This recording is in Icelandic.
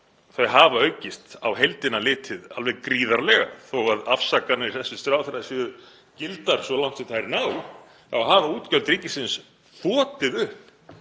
þau hafa aukist á heildina litið, alveg gríðarlega. Þó að afsakanir hæstv. ráðherra séu gildar svo langt sem þær ná þá hafa útgjöld ríkisins þotið upp